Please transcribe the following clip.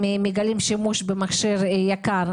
אם חוסכים באי-שימוש במכשיר יקר,